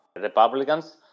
Republicans